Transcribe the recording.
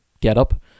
getup